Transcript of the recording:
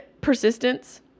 persistence